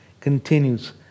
continues